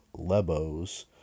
Lebos